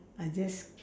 I just